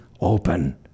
open